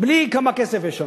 בלי כמה כסף יש שם,